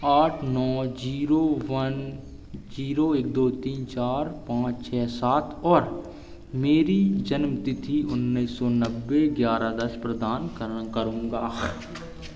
आठ नौ zero one zero एक दो तीन चार पाँच छः सात और मेरी जन्मतिथि उन्नीस सौ नब्बे ग्यारह दस प्रदान कर करूंगा